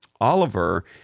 oliver